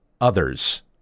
others